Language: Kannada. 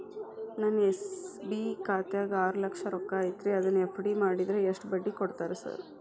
ನನ್ನ ಎಸ್.ಬಿ ಖಾತ್ಯಾಗ ಆರು ಲಕ್ಷ ರೊಕ್ಕ ಐತ್ರಿ ಅದನ್ನ ಎಫ್.ಡಿ ಮಾಡಿದ್ರ ಎಷ್ಟ ಬಡ್ಡಿ ಕೊಡ್ತೇರಿ ಸರ್?